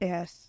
Yes